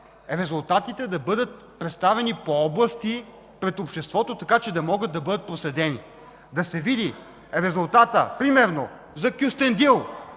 е резултатите да бъдат представени по области пред обществото, така че да могат да бъдат проследени. Да се види резултатът примерно за Кюстендил,